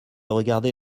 regarder